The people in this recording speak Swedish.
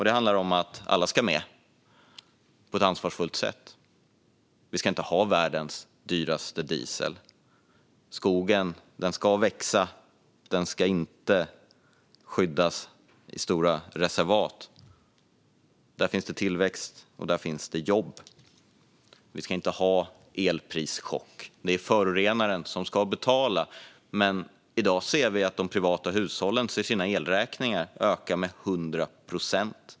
Det handlar om att alla ska med, på ett ansvarsfullt sätt. Vi ska inte ha världens dyraste diesel. Skogen ska växa; den ska inte skyddas i stora reservat. Där finns tillväxt, och där finns jobb. Vi ska inte ha någon elprischock. Det är förorenaren som ska betala, men i dag ser vi att de privata hushållens elräkningar ökar med 100 procent.